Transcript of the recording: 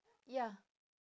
ya